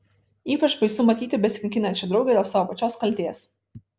ypač baisu matyti besikankinančią draugę dėl savo pačios kaltės